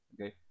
okay